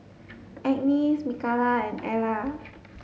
Agnes Mikalah and Ellar